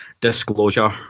Disclosure